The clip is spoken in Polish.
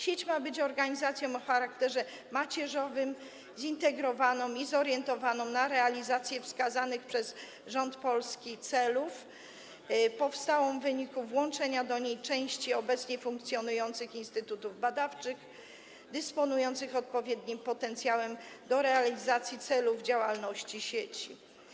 Sieć ma być organizacją o charakterze macierzowym, zintegrowaną i zorientowaną na realizację wskazanych przez rząd Polski celów, powstałą w wyniku włączenia do niej części obecnie funkcjonujących instytutów badawczych, dysponujących odpowiednim potencjałem do realizacji celu działalności sieci.